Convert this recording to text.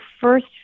first